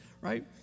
right